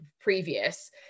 previous